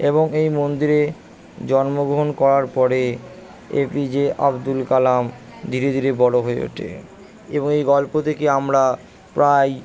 এবং এই মন্দিরে জন্মগ্রহণ করার পরে এপিজে আবদুল কালাম ধীরে ধীরে বড়ো হয়ে ওঠে এবং এই গল্প থেকে আমরা প্রায়ই